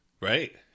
Right